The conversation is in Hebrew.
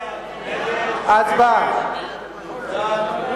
ההצעה להסיר מסדר-היום